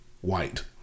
white